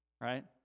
right